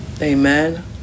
Amen